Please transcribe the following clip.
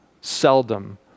Seldom